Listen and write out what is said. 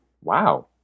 Wow